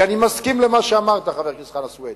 כי אני מסכים למה שאמרת, חבר הכנסת חנא סוייד: